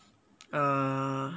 uh